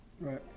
Right